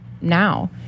now